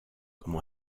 comme